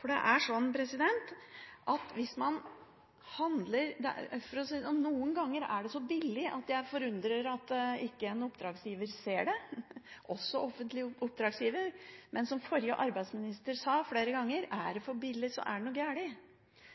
For å si det sånn: Noen ganger er det så billig at jeg forundrer meg over at ikke en oppdragsgiver, også offentlig oppdragsgiver, ser det. Men som forrige arbeidsminister sa flere ganger: Er det for billig, er det noe